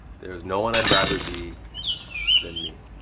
there's no one i'd rather be than me!